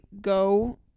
go